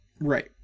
right